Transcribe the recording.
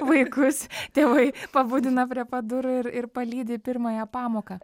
vaikus tėvai pabudina prie pat durų ir ir palydi į pirmąją pamoką